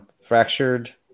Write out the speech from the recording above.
fractured